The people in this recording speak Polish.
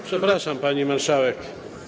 Przepraszam, pani marszałek.